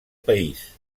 país